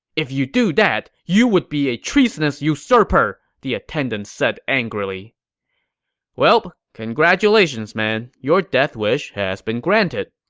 if you do that, you would be a treasonous usurper! the attendant said angrily well, congratulations man. your death wish has been granted.